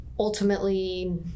Ultimately